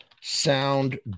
sound